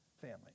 family